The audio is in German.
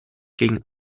gegen